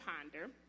ponder